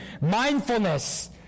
mindfulness